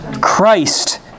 Christ